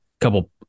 couple